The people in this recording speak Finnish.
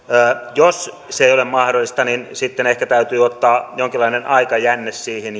jos se ei ole mahdollista niin sitten ehkä täytyy ottaa jonkinlainen aikajänne siihen